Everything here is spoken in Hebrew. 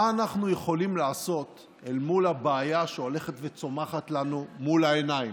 מה אנחנו יכולים לעשות אל מול הבעיה שהולכת וצומחת לנו מול העיניים,